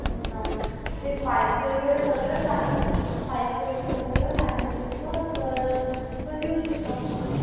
अच्छा ते पाईप वगैरे सगळंच आणाय पाईप वगैरे सगळंच आणायचं होतं तर कधी येऊ शकता मग तुम्ही